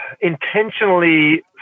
intentionally